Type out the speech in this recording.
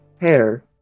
hair